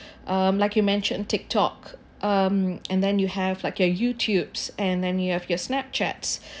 um like you mentioned tick tock um and then you have like your youtubes and then you have your snapchats